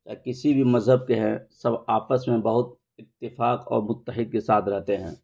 چاہے کسی بھی مذہب کے ہیں سب آپس میں بہت اتفاق اور متحد کے ساتھ رہتے ہیں